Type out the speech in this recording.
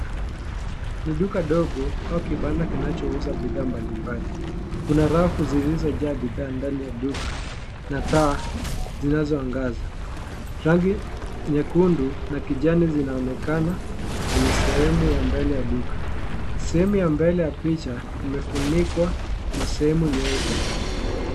Ni duka dogo au kibanda kinachouza bidhaa mbalimbali. Kuna rafu zilizojaa bidhaa ndani ya duka na taa zinazoangaza. Rangi nyekundu na kijani zinaonekana kwenye sehemu ya mbele ya duka. Sehemu ya mbele ya picha, imefunikwa na sehemu nyeupe.